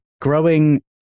growing